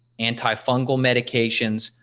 antifungal medications,